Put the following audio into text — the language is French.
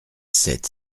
sept